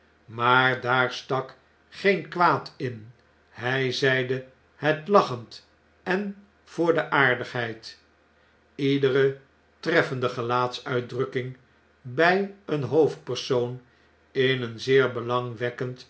maar daar stak geen kwaad in hg zeide het lachend en voor de aardigheid iedere treffende gelaatsuitdrukking bg een hoofdpersoon in een zeer belangwekkend